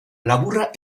laburra